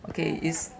okay is